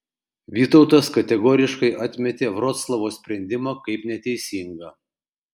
vytautas kategoriškai atmetė vroclavo sprendimą kaip neteisingą